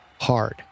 hard